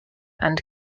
and